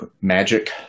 magic